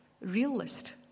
realist